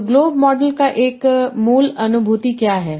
तो glove model का एक मूल अनुभूति क्या है